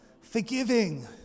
forgiving